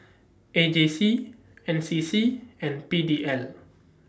A J C N C C and P D N